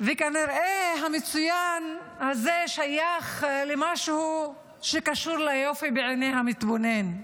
וכנראה המצוין הזה שייך למשהו שקשור ליופי בעיני המתבונן.